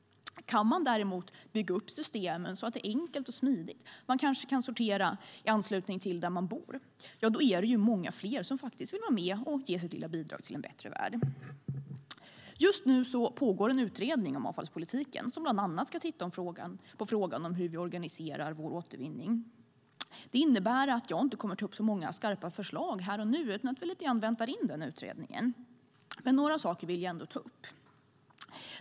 Kan man däremot bygga upp systemen så att det är enkelt och smidigt - man kanske kan sortera i anslutning till där man bor - är det många fler som vill vara med och ge sitt lilla bidrag till en bättre värld. Just nu pågår en utredning om avfallspolitiken som bland annat ska titta på hur vi organiserar återvinningen. Det innebär att jag inte kommer att ta upp så många skarpa förslag här och nu utan väntar in den utredningen. Men några saker vill jag ändå ta upp.